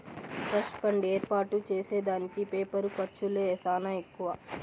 trust fund ఏర్పాటు చేసే దానికి పేపరు ఖర్చులే సానా ఎక్కువ